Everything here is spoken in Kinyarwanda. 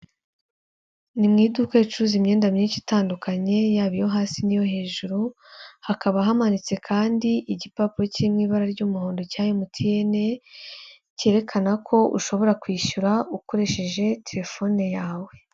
Ni mu iduka ricuruza imyenda myinshi itandukanye, yaba iyo hasi n'iyo hejuru, hakaba hamanitse kandi igipapuro kiri mu ibara ry'umuhondo cya MTN, cyerekana ko ushobora kwishyura ukoresheje telefone yawe.